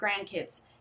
grandkids